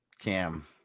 Cam